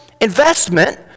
investment